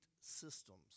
systems